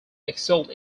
excelled